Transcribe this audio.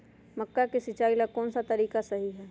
मक्का के सिचाई ला कौन सा तरीका सही है?